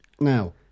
Now